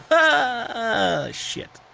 ahh shit.